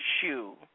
shoe